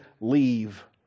leave